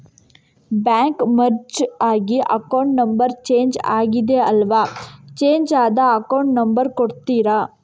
Bank merge ಆಗಿ account number change ಆಗಿದೆ ಅಲ್ವಾ, ಚೇಂಜ್ ಆದ ಅಕೌಂಟ್ ನಂಬರ್ ಕೊಡ್ತೀರಾ?